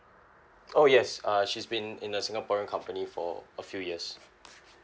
oh yes uh she's been in a singaporean company for a few years